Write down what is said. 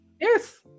Yes